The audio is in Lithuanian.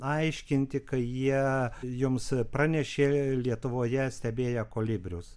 aiškinti kai jie jums pranešė lietuvoje stebėję kolibrius